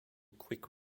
quick